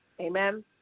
amen